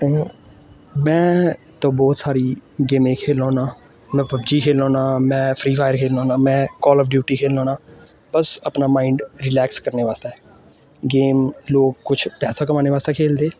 में तो बौह्त सारी गेमें च खेलना होन्ना में पबजी खेलना होन्नां में फ्री फायर खेलना होन्नां में काल आफ ड्यूटी खेलना होन्ना बस अपना माइंड रिलैक्स करने बास्तै गेम लोक कुछ पैसा कमाने बास्तै खेलदे